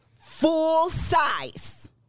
full-size